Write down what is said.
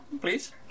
please